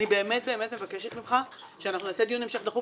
אני באמת מבקשת ממך שנעשה דיון המשך דחוף